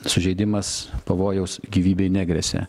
sužeidimas pavojaus gyvybei negresia